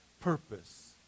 purpose